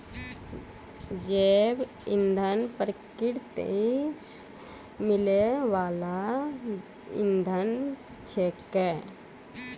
जैव इंधन प्रकृति सॅ मिलै वाल इंधन छेकै